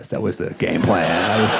that was the game plan.